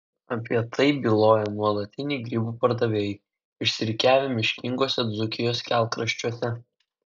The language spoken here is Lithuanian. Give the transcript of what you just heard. apie tai byloja nuolatiniai grybų pardavėjai išsirikiavę miškinguose dzūkijos kelkraščiuose